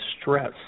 stress